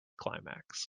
climax